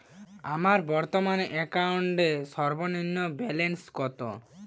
আমার বর্তমান অ্যাকাউন্টের সর্বনিম্ন ব্যালেন্স কত?